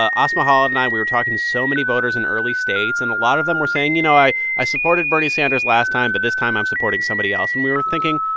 ah asma khalid and i, we were talking to so many voters in early states, and a lot of them were saying, you know, i i supported bernie sanders last time, but this time, i'm supporting somebody else. and we were thinking,